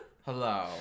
Hello